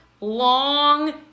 long